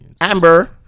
Amber